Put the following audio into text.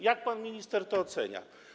Jak pan minister to ocenia?